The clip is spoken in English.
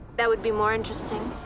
that would be more interesting.